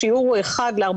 השיעור הוא 1:475,000,